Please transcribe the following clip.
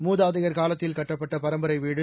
மூதாதையர் காலத்தில் கட்டப்பட்ட பரம்பரை வீடு